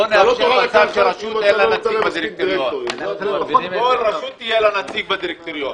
לא נאפשר --- כל רשות יהיה לה נציג בדירקטוריון.